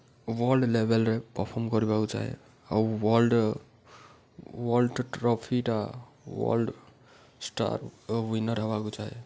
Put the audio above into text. world ଲେଭେଲ୍ରେ perform କରିବାକୁ ଚାହେଁ ଆଉ ୱାର୍ଲଡ଼ ୱାର୍ଲଡ଼ ଟ୍ରଫିଟା ୱାର୍ଲଡ଼ ଷ୍ଟାର୍ ୱିନର୍ ହେବାକୁ ଚାହେଁ